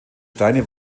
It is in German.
steine